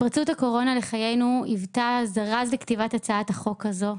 התפרצות הקורונה לחיינו היוותה זרז לכתיבת הצעת החוק הזו.